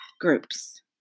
groups